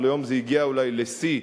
אבל היום זה הגיע אולי לשיא,